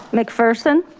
mcpherson.